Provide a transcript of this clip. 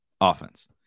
offense